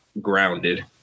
grounded